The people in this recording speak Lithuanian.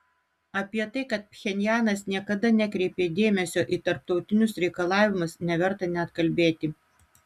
apie tai kad pchenjanas niekada nekreipė dėmesio į tarptautinius reikalavimus neverta net kalbėti